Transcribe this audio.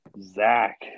Zach